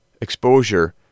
exposure